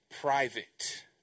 private